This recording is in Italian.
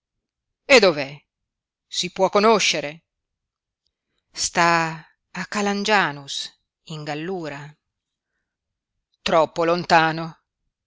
domandò dov'è si può conoscere sta a calangianus in gallura troppo lontano